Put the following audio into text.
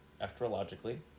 Astrologically